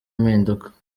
impinduka